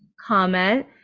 comment